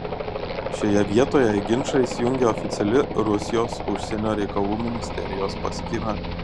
šioje vietoje į ginčą įsijungė oficiali rusijos užsienio reikalų ministerijos paskyra